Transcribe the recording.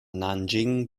nanjing